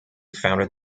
founded